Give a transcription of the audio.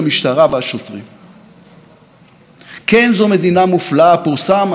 פורסם סקר החודש שאומר שתשעה מכל עשרה